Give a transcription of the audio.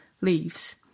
Leaves